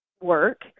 work